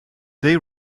they